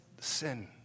sin